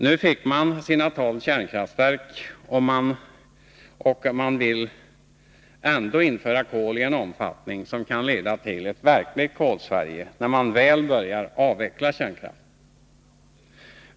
Nu fick man sina tolv kärnkraftverk, men man vill ändå införa kol i en omfattning som kan leda över till ett verkligt ”Kolsverige”, när kärnkraften väl börjar avvecklas.